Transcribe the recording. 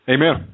Amen